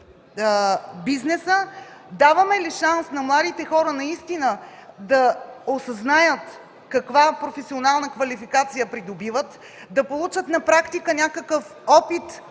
бизнеса, даваме ли шанс на младите хора да осъзнаят каква професионална квалификация придобиват; да получат на практика някакъв опит